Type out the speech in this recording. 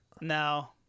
no